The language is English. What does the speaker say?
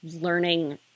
learning